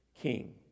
king